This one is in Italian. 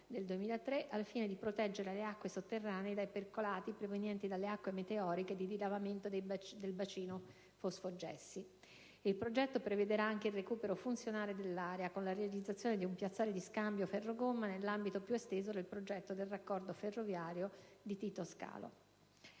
Il progetto prevederà anche il recupero funzionale dell'area, con la realizzazione di un piazzale di scambio ferro-gomma nell'ambito più esteso del progetto del raccordo ferroviario di Tito scalo.